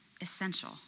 essential